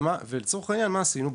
לצורך העניין, מה עשינו?